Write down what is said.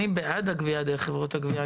אני בעד הגבייה דרך חברות הגבייה.